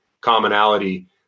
commonality